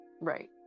Right